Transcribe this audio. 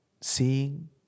seeing